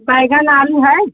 बैनगन आलू है